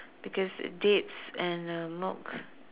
because dates and uh milk